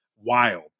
wild